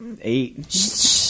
eight –